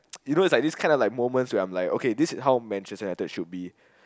you know like this kind of like moments where I'm like okay this is how Manchester-United should be